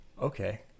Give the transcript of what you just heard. okay